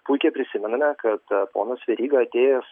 puikiai prisimename kad ponas veryga atėjęs